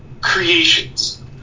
creations